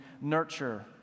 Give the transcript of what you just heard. nurture